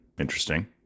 Interesting